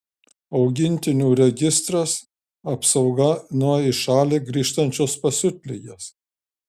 augintinių registras apsauga nuo į šalį grįžtančios pasiutligės